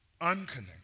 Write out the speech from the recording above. unconnected